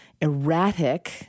erratic